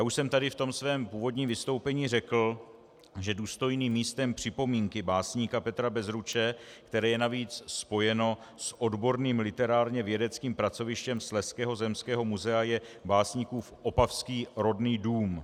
Už jsem tady ve svém úvodním vystoupením řekl, že důstojným místem připomínky básníka Petra Bezruče, které je navíc spojeno s odborným literárněvědným pracovištěm Slezského zemského muzea, je básníkův opavský rodný dům.